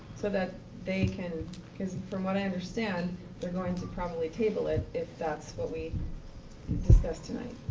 so, that they can because from what i understand they're going to probably table it if that's what we discuss tonight.